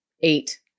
eight